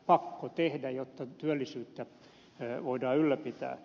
pakko tehdä jotta työllisyyttä voidaan ylläpitää